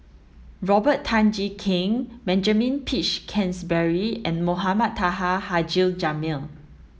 Robert Tan Jee Keng Benjamin Peach Keasberry and Mohamed Taha Haji Jamil